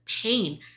pain